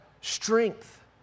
strength